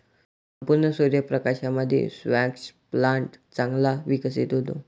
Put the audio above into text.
संपूर्ण सूर्य प्रकाशामध्ये स्क्वॅश प्लांट चांगला विकसित होतो